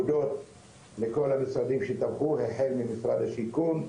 הודות לכל המשרדים שתמכו החל ממשרד השיכון,